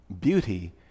Beauty